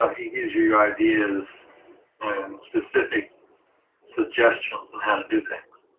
he gives you ideas and specific suggestions on how to do things.